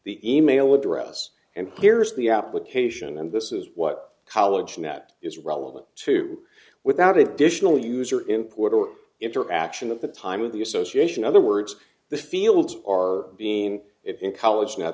the email address and here is the application and this is what college net is relevant to without additional user input or interaction of the time of the association other words the fields are being it in college no